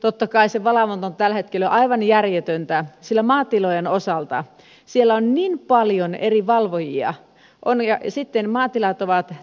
totta kai se valvonta on tällä hetkellä aivan järjetöntä sillä maatilojen osalta siellä on niin paljon eri valvojia ja sitten maatilat ovat